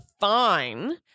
fine